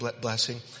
blessing